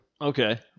Okay